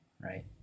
right